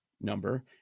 number